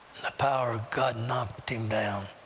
and the power of god knocked him down.